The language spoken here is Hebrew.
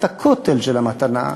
את הכותל של המתנה,